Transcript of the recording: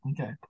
okay